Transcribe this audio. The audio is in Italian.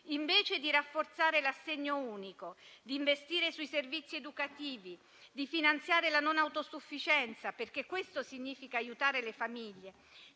Invece di rafforzare l'assegno unico, di investire sui servizi educativi, di finanziare la non autosufficienza (questo significa aiutare le famiglie),